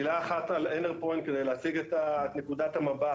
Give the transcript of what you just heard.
מילה אחת על אנרפוינט, כדי להציג את נקודת המבט.